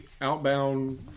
outbound